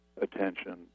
attention